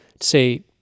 say